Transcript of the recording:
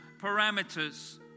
parameters